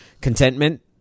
contentment